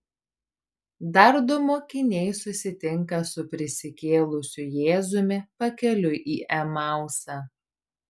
dar du mokiniai susitinka su prisikėlusiu jėzumi pakeliui į emausą